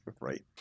Right